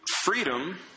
freedom